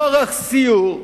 לא ערך סיור,